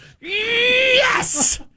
Yes